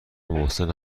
محسن